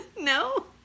No